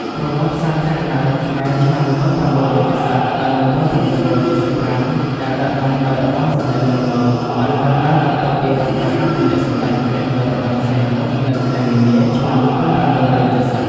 របបសាធារណរដ្ឋខ្មែរឆ្នាំ ១៩៧០-១៩៧៥ ដែលដឹកនាំដោយ ឧត្តមសេនីយ៍លន់ នល់ បានកើតឡើងបន្ទាប់ពីរដ្ឋប្រហារទម្លាក់សម្ដេចព្រះនរោត្តម សីហនុ នៅខែមីនា ឆ្នាំ១៩៧០។